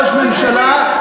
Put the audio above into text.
ראש ממשלה,